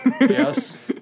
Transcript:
Yes